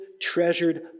treasured